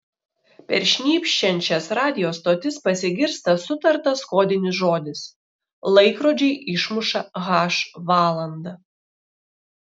per šnypščiančias radijo stotis pasigirsta sutartas kodinis žodis laikrodžiai išmuša h valandą